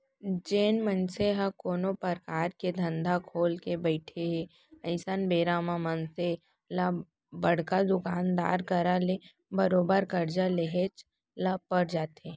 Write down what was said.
जेन मनसे ह कोनो परकार के धंधा खोलके बइठे हे अइसन बेरा म मनसे ल बड़का दुकानदार करा ले बरोबर करजा लेहेच ल पर जाथे